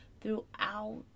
Throughout